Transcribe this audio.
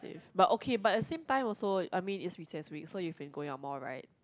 but okay but at the same time also I mean it's recess week so you've been going out more right